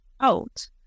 out